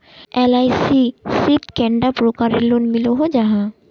LIC शित कैडा प्रकारेर लोन मिलोहो जाहा?